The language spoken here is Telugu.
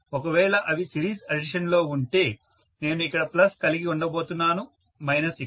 ఒకవేళ అవి సిరీస్ అడిషన్ లో ఉంటే నేను ఇక్కడ ప్లస్ కలిగి ఉండబోతున్నాను మైనస్ ఇక్కడ